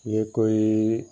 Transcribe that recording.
বিশেষকৈ